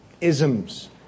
isms